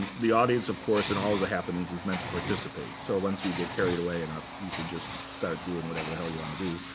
the audience, of course, in all that happens, is meant to participate. so once you get carried away enough, you can just start doing whatever the hell you want to do.